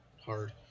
hard